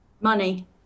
Money